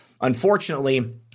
Unfortunately